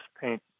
paint